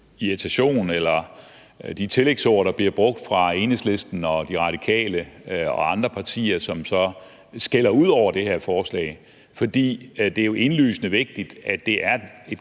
irritation eller de tillægsord, der bliver brugt af Enhedslisten og De Radikale og andre partier, og at de så skælder ud over det her forslag, for det er jo indlysende vigtigt, at det er et